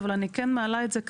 אבל אני כן מעלה את זה כאן,